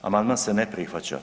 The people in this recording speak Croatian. Amandman se ne prihvaća.